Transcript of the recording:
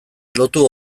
lotu